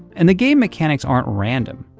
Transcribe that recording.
and the game mechanics aren't random.